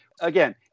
again